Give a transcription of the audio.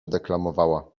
deklamowała